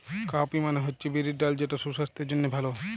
cowpea মানে হচ্ছে বিরির ডাল যেটা সুসাস্থের জন্যে ভালো